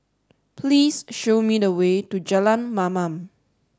please show me the way to Jalan Mamam